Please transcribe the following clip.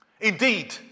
Indeed